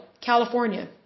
California